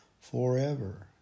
forever